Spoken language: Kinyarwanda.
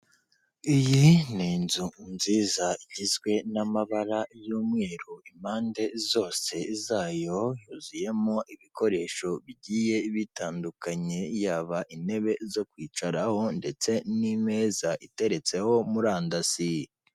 Iyi ni inzu nziza, igizwe n'amabara y'umweru impande zose zayo, yuzuyemo ibikoresho bigiye bitandukanye, yaba intebe zo kwicaraho, ndetse n'imeza, iteretseho murandasi.